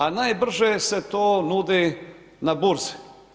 A najbrže se to nudi na burzi.